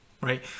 right